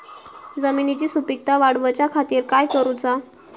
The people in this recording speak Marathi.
जमिनीची सुपीकता वाढवच्या खातीर काय करूचा?